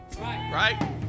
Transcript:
Right